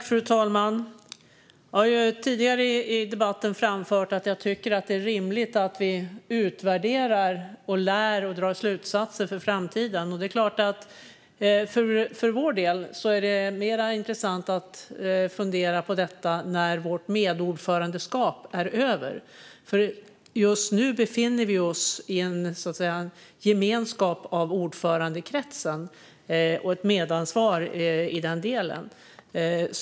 Fru talman! Jag har tidigare i debatten framfört att jag tycker att det är rimligt att vi utvärderar, lär och drar slutsatser för framtiden. Det är klart att det för vår del är mer intressant att fundera på detta när vårt medordförandeskap är över. Just nu befinner vi oss ju i ordförandekretsens gemenskap och har därmed ett medansvar.